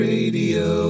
Radio